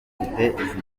izi